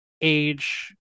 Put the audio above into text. age